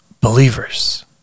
believers